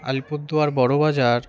Alipurduar Burrabazar